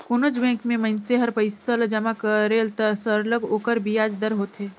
कोनोच बंेक में मइनसे हर पइसा ल जमा करेल त सरलग ओकर बियाज दर होथे